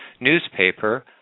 newspaper